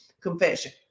confession